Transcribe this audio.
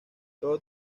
todo